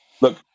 look